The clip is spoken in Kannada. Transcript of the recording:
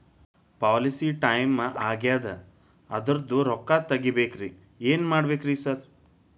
ಪಾಲಿಸಿ ಟೈಮ್ ಆಗ್ಯಾದ ಅದ್ರದು ರೊಕ್ಕ ತಗಬೇಕ್ರಿ ಏನ್ ಮಾಡ್ಬೇಕ್ ರಿ ಸಾರ್?